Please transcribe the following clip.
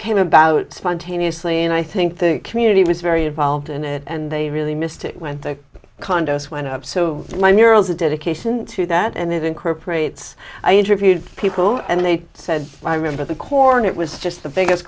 came about spontaneously and i think the community was very involved in it and they really missed it when the condos went up so my murals a dedication to that and it incorporates i interviewed people and they said i remember the corn it was just the biggest